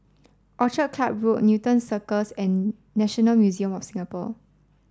Orchid Club Road Newton Cirus and National Museum of Singapore